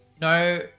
no